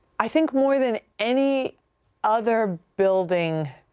i think more than any other building,